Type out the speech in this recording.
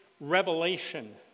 revelation